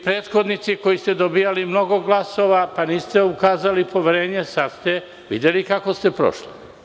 Prethodnici koji ste dobijali mnogo glasova pa niste ukazali poverenje, sada ste videli kako ste prošli.